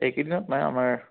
এইকেইদিনত নাই আমাৰ